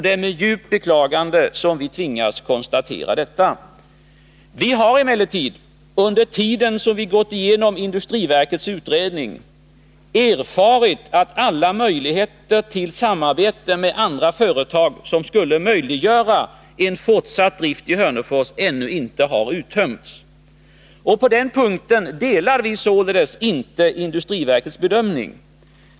Det är med djupt beklagande som vi tvingas konstatera detta. Vi har emellertid under tiden som vi gått igenom industriverkets utredning erfarit att alla möjligheter till samarbete med andra företag, som skulle möjliggöra en fortsatt drift i Hörnefors, ännu inte har uttömts. På den punkten delar vi således inte industriverkets bedömning.